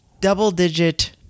double-digit